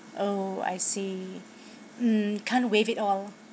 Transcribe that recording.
oh I see mm can't waive it all